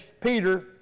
Peter